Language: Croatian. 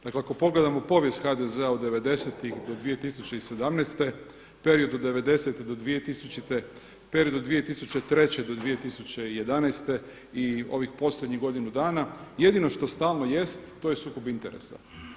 Dakle ako pogledamo povijest HDZ-a od '90.-tih do 2017. period od '90.-te do 2000., period od 2003. do 2011. i ovih posljednjih godinu dana jedino što stalno jest to je sukob interesa.